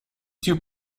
two